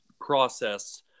process